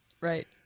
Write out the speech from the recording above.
Right